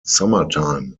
summertime